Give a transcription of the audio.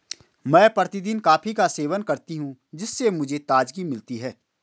मैं प्रतिदिन कॉफी का सेवन करती हूं जिससे मुझे ताजगी मिलती है